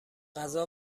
غذا